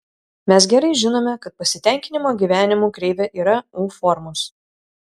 mes gerai žinome kad pasitenkinimo gyvenimu kreivė yra u formos